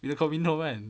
bila kau minum kan